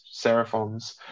seraphons